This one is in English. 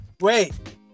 wait